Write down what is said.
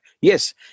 Yes